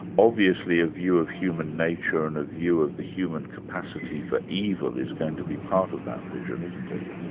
obviously a view of human nature and a view of the human capacity for evil is going to be part of that vision, isn't it?